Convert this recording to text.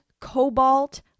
cobalt